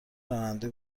راننده